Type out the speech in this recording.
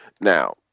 Now